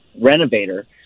renovator